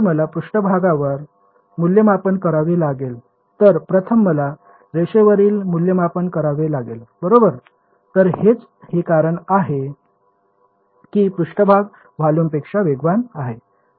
तर मला पृष्ठभागावर मूल्यमापन करावे लागेल तर प्रथम मला रेषेवरील मूल्यमापन करावे लागेल बरोबर तर तेच हे कारण आहे की पृष्ठभाग व्हॉल्यूमपेक्षा वेगवान आहे